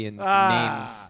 names